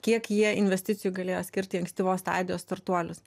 kiek jie investicijų galėjo skirt į ankstyvos stadijos startuolius